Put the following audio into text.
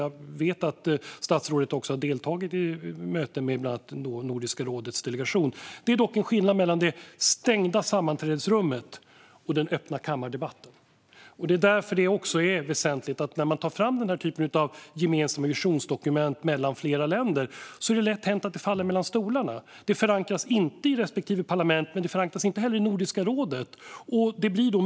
Jag vet också att statsrådet har deltagit i möten med bland annat Nordiska rådets delegation. Det är dock en skillnad mellan det stängda sammanträdesrummet och den öppna kammardebatten. När man tar fram den här typen av gemensamma visionsdokument mellan flera länder är det lätt hänt att det faller mellan stolarna. Det förankras inte i respektive parlament, men det förankras inte heller i Nordiska rådet.